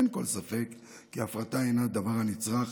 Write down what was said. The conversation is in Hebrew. אין כל ספק כי ההפרטה הינה הדבר הנצרך,